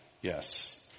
Yes